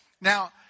Now